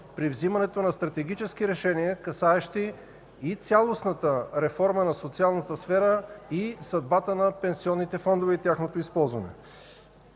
при вземането на стратегически решения, касаещи и цялостната реформа на социалната сфера, и съдбата на пенсионните фондове, и тяхното използване.